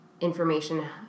information